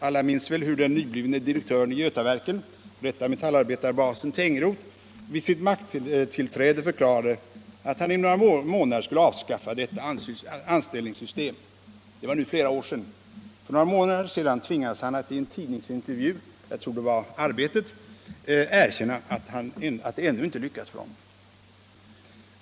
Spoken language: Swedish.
Alla minns väl hur den nyblivne direktören i Götaverken, f.d. metallarbetarbasen Tengroth, vid sitt makttillträde förklarade att han inom några månader skulle avskaffa detta anställningssystem. Det är nu flera år sedan. För några månader sedan tvingades han att i en tidningsintervju — jag tror det var i Arbetet — erkänna att det ännu inte lyckats.